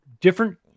different